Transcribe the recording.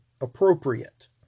appropriate